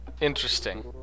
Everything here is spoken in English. interesting